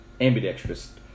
ambidextrous